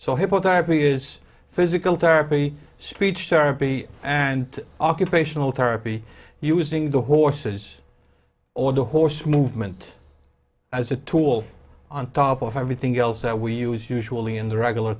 is physical therapy speech therapy and occupational therapy using the horses or the horse movement as a tool on top of everything else that we use usually in the regular